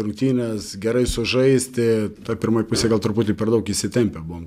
rungtynes gerai sužaisti toj pirmoj pusėj gal truputį per daug įsitempę buvom